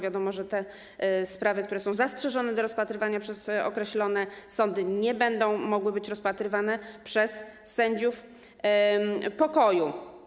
Wiadomo, że sprawy, które są zastrzeżone do rozpatrywania przez określone sądy, nie będą mogły być rozpatrywane przez sędziów pokoju.